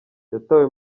yatawe